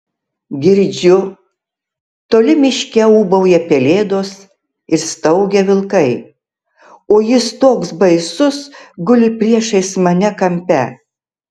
girdžiu toli miške ūbauja pelėdos ir staugia vilkai o jis toks baisus guli priešais mane kampe